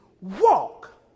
walk